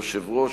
יושב-ראש,